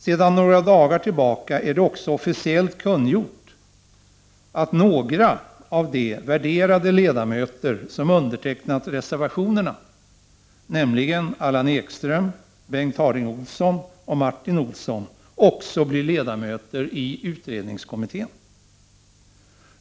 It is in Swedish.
Sedan några dagar tillbaka är det också officiellt kungjort att några av de värderade ledamöter som undertecknat reservationerna, nämligen Allan Ekström, Bengt Harding Olson och Martin Olsson, också blir ledamöter i utredningskommittén.